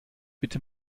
bitte